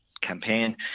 campaign